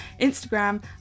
Instagram